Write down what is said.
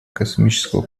космического